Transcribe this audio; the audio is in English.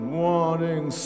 wanting